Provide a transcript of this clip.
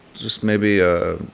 just maybe a